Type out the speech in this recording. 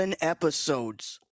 episodes